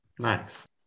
Nice